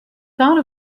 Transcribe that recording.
thought